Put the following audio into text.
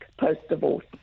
post-divorce